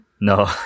no